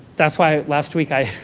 that's why last week, i